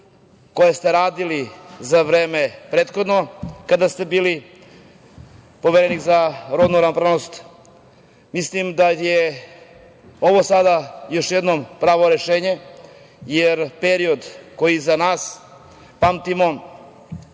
koje ste radili za vreme kada ste bili Poverenik za rodnu ravnopravnost. Mislim da je ovo sada još jednom pravo rešenje jer period koji je iza nas pamtimo,